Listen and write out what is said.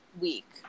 week